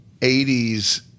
80s